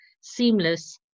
seamless